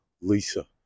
Lisa